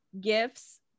gifts